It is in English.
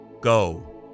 Go